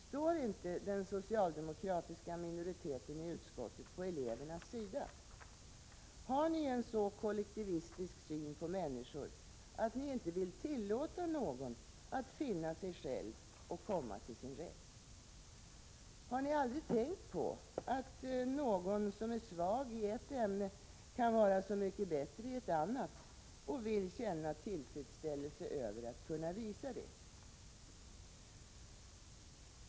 Står inte den socialdemokratiska minoriteten i utskottet på elevernas sida? Har ni en så kollektivistisk syn på människor att ni inte vill tillåta någon att finna sig själv och komma till sin rätt? Har ni aldrig tänkt på att någon som är svag i ett ämne kan vara så mycket bättre i ett annat och vill känna tillfredsställelse över att kunna visa det?